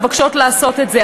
מבקשות לעשות את זה.